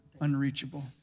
unreachable